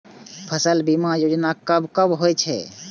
फसल बीमा योजना कब कब होय छै?